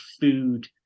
food